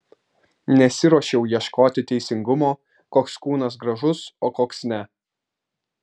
nesiruošiau ieškoti teisingumo koks kūnas gražus o koks ne